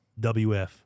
WF